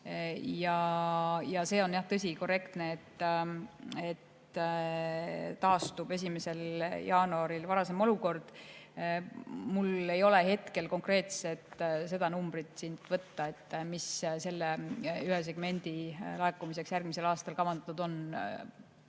Ja see on jah, tõsi, korrektne, et 1. jaanuaril taastub varasem olukord. Mul ei ole hetkel konkreetselt seda numbrit siit võtta, mis selle ühe segmendi laekumiseks järgmisel aastal kavandatud on.